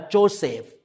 Joseph